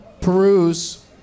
peruse